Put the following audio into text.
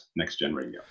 nextgenradio